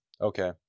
Okay